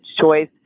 choice